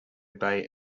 bay